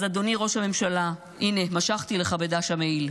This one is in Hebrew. אז אדוני ראש הממשלה, הינה, משכתי לך בדש המעיל.